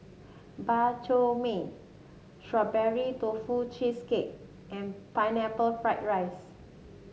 Bak Chor Mee Strawberry Tofu Cheesecake and Pineapple Fried Rice